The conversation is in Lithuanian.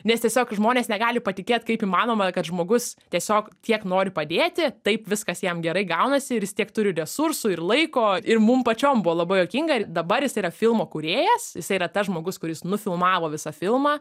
nes tiesiog žmonės negali patikėt kaip įmanoma kad žmogus tiesiog tiek nori padėti taip viskas jam gerai gaunasi ir jis tiek turi resursų ir laiko ir mum pačiom buvo labai juokinga ir dabar jis yra filmo kūrėjas jisai yra tas žmogus kuris nufilmavo visą filmą